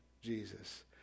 Jesus